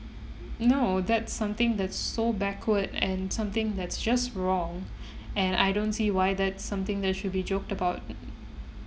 no that's something that so backward and something that's just wrong and I don't see why that's something that should be joked about